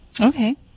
Okay